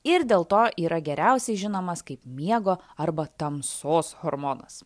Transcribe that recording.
ir dėl to yra geriausiai žinomas kaip miego arba tamsos hormonas